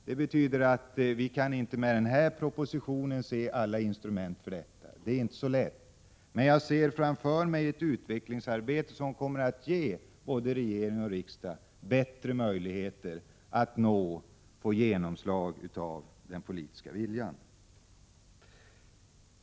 Det betyder att vi inte med den här propositionen kan se alla instrument för detta. Det är inte så lätt. Men jag ser framför mig ett utvecklingsarbete som kommer att ge både regering och riksdag bättre möjligheter att få genomslag för den politiska viljan.